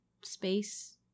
space